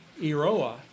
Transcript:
Iroa